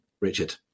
richard